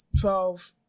Twelve